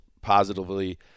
positively